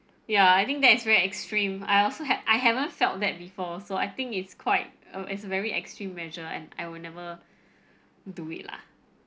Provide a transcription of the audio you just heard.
ya I think that is very extreme I also had I haven't felt that before so I think it's quite uh it's very extreme measure and I will never do it lah